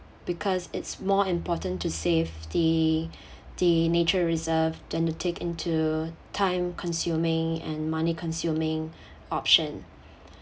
because it's more important to save the the nature reserve than to take into time-consuming and money-consuming option